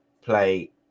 play